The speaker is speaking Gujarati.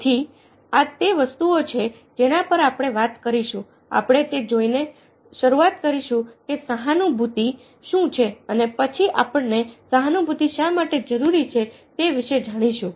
તેથી આ તે વસ્તુઓ છે જેના પર આપણે વાત કરીશું આપણે તે જોઈને શરૂઆત કરીશું કે સહાનૂભૂતિ શું છે અને પછી આપણને સહાનુભૂતિ શા માટે જરૂરી છે તે વિશે જાણીશું